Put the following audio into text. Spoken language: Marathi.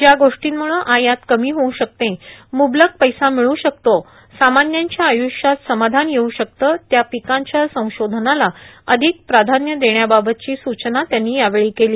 ज्या गोष्टीमुळे आयात कमी होऊ शकते मुबलक पैसा मिळू शकतो सामान्यांच्या आयूष्यात समाधान येऊ शकते त्या पिकांच्या संशोधनाला अधिक प्राधान्य देण्याबाबतची सूचना त्यानी यावेळी केली